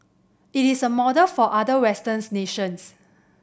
it is a model for other westerns nations